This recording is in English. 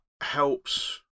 helps